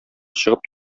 чыгып